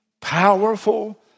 powerful